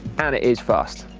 and it is fast,